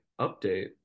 update